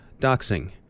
doxing